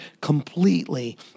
completely